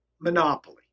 monopoly